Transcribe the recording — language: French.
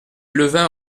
levain